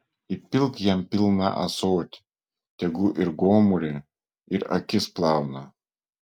įpilk jam pilną ąsotį tegu ir gomurį ir akis plauna